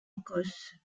écosse